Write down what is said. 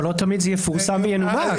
אבל לא תמיד זה יפורסם וינומק.